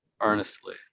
earnestly